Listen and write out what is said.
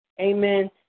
Amen